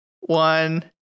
one